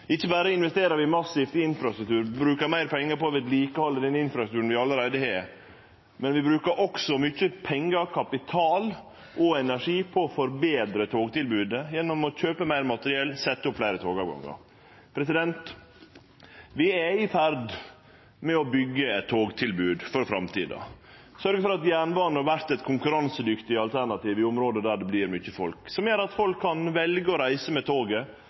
Ikkje berre investerer vi massivt i infrastruktur, brukar meir pengar på å halde ved like den infrastrukturen vi allereie har, men vi brukar også mykje pengar, kapital og energi på å forbetre togtilbodet ved å kjøpe meir materiell og setje opp fleire togavgangar. Vi er i ferd med å byggje eit togtilbod for framtida og sørgje for at jernbana vert eit konkurransedyktig alternativ i område der det bur mykje folk, noko som gjer at folk kan velje å reise med